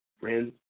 Friends